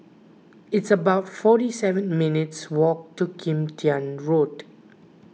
it's about forty seven minutes' walk to Kim Tian Road